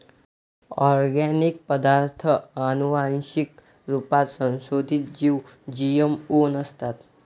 organic पदार्ताथ आनुवान्सिक रुपात संसोधीत जीव जी.एम.ओ नसतात